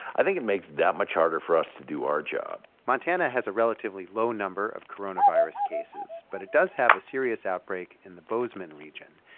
i think it makes that much harder for us to do our job montana has a relatively low number of coronavirus cases, but it does have a serious outbreak in the bozeman region.